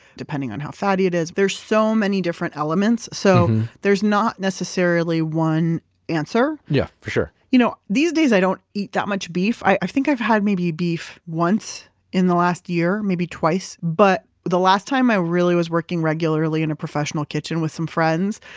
depending on how fatty it is. there's so many different elements, so there's not necessarily one answer yeah for sure you know these days, i don't eat that much beef. i think i've had maybe beef once in the last year, maybe twice. but the last time i really was working regularly in a professional kitchen with some friends,